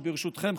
וברשותכם,